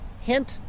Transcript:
hint